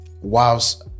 whilst